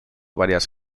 varias